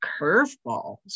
curveballs